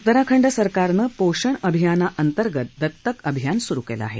उत्तराखंड सरकारनं पोषण अभियाना अंतर्गत दत्तक अभियान सुरु केलं आहे